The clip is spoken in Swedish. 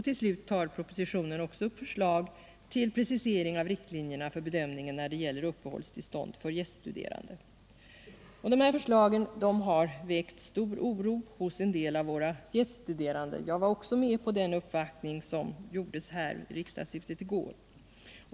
Till slut tar propositionen också upp förslag till precisering av riktlinjerna för bedömningen när det gäller uppehållstillstånd för gäststuderande. De här förslagen har väckt stor oro hos en del av våra gäststuderande — jag var också med vid den uppvaktning som gjordes här i riksdagshuset i går.